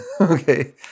Okay